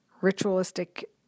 ritualistic